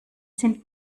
sind